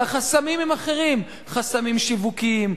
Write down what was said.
והחסמים הם אחרים: חסמים שיווקיים,